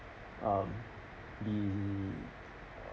um the